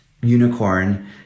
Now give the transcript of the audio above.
unicorn